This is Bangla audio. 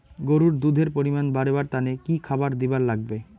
গরুর দুধ এর পরিমাণ বারেবার তানে কি খাবার দিবার লাগবে?